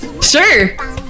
Sure